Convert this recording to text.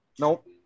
Nope